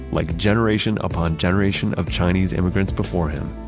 like generation upon generation of chinese immigrants before him,